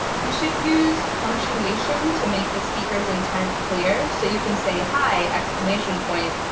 you should use punctuation to make the speaker's intent clear, so you can say, hi, exclamation point,